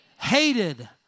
Hated